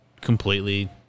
completely